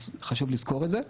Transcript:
אז חשוב לזכור את זה.